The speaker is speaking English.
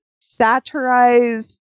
satirize